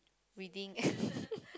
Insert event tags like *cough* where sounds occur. reading *laughs*